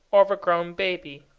over-grown baby,